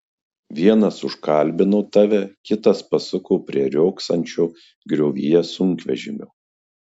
vienas užkalbino tave kitas pasuko prie riogsančio griovyje sunkvežimio